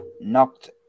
knocked